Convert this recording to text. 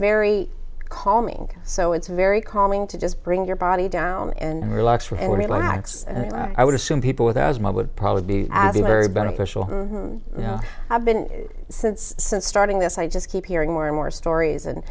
very calming so it's very calming to just bring your body down and relax relax and i would assume people with asthma would probably be at the very beneficial you know i've been since since starting this i just keep hearing more and more stories and